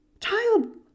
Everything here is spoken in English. Child